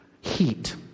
heat